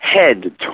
head